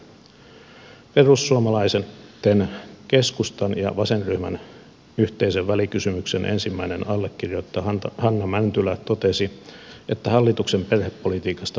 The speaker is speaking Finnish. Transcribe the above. perussuomalaisten keskustan ja vasenryhmän yhteisen välikysymyksen ensimmäinen allekirjoittaja hanna mäntylä totesi että hallituksen perhepolitiikasta puuttuu kokonaiskuva